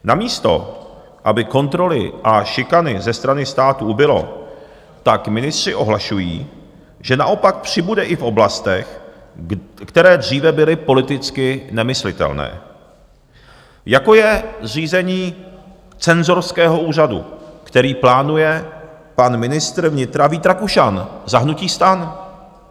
Namísto aby kontroly a šikany ze strany státu ubylo, ministři ohlašují, že naopak přibude i v oblastech, které dříve byly politicky nemyslitelné, jako je řízení cenzorského úřadu, který plánuje pan ministr vnitra Vít Rakušan za hnutí STAN.